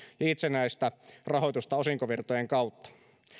itsenäistä rahoitusta osinkovirtojen kautta